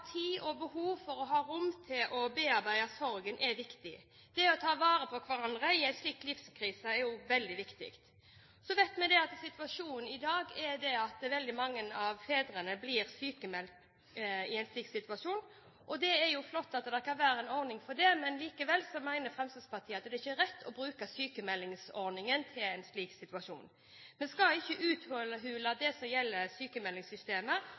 rom for å bearbeide sorgen er viktig. Det å ta vare på hverandre i en slik livskrise er også veldig viktig. Så vet vi at situasjonen i dag er at veldig mange av fedrene blir sykmeldte i en slik situasjon. Det er flott at det kan være en ordning for det, men likevel mener Fremskrittspartiet at det ikke er rett å bruke sykmeldingsordningen i en slik situasjon. Vi skal ikke uthule